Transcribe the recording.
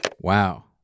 Wow